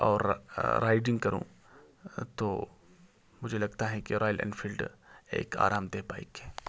اور رائڈنگ کروں تو مجھے لگتا ہے کہ رائل اینفیلڈ ایک آرام دہ بائک ہے